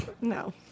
no